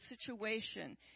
situation